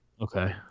Okay